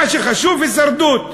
מה שחשוב, הישרדות,